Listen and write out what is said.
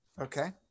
Okay